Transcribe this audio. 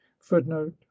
footnote